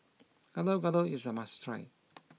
Gado Gado is a must try